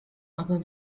aber